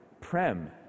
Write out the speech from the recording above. Prem